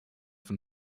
von